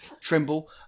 Trimble